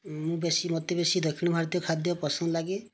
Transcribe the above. ମୁଁ ବେଶି ମୋତେ ବେଶି ଦକ୍ଷିଣ ଭାରତୀୟ ଖାଦ୍ୟ ପସନ୍ଦ ଲାଗେ